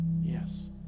Yes